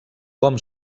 com